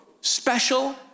special